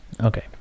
Okay